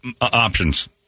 options